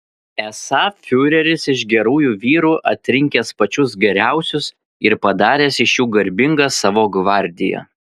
esą fiureris iš gerųjų vyrų atrinkęs pačius geriausius ir padaręs iš jų garbingą savo gvardiją